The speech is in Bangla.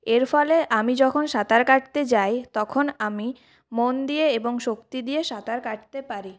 এর ফলে আমি যখন সাঁতার কাটতে যাই তখন আমি মন দিয়ে এবং শক্তি দিয়ে সাঁতার কাটতে পারি